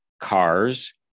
cars